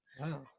Wow